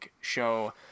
show